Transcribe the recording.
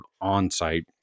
on-site